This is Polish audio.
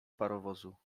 parowozu